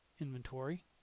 inventory